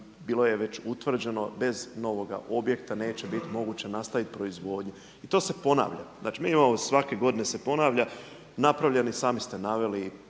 bilo je već utvrđeno bez novoga objekta neće biti moguće nastaviti proizvodnju i to se ponavlja. Znači, mi imamo, svake godine se ponavlja, napravljeni, sami ste naveli